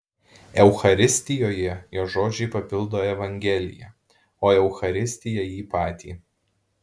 eucharistijoje jo žodžiai papildo evangeliją o eucharistija jį patį